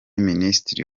minisitiri